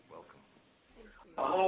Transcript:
Welcome